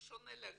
שונה לגמרי.